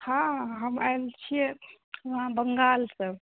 हँ हम आयल छियै बङ्गालसँ